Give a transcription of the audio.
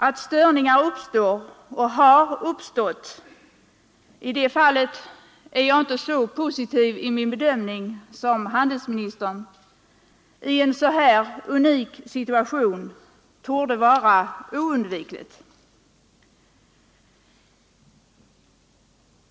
Att störningar uppstår och har uppstått i en sådan här unik situation torde vara oundvikligt. I det fallet är jag inte så positiv i min bedömning som handelsministern.